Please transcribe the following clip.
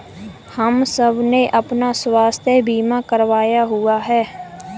हम सबने अपना स्वास्थ्य बीमा करवाया हुआ है